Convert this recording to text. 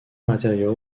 material